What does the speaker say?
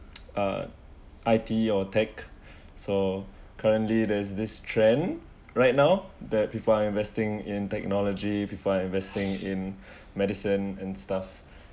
uh I_T or tech so currently there's this trend right now that people are investing in technology people are investing in medicine and stuff